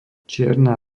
čierna